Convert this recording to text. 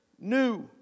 new